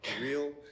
real